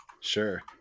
Sure